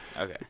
Okay